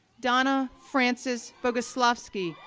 donna frances boguslavsky,